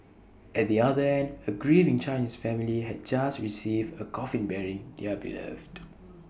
at the other end A grieving Chinese family had just received A coffin bearing their beloved